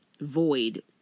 void